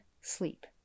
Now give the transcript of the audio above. sleep